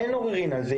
אין עוררין על זה.